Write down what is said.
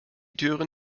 türen